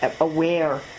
aware